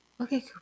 okay